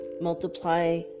multiply